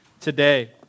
today